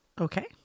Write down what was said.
okay